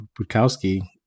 Bukowski